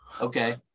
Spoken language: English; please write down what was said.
Okay